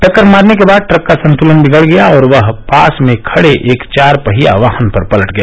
टक्कर मारने के बाद ट्रक का संतुलन बिगड़ गया और वह पास में खड़े एक चार पहिया वाहन पर पलट गया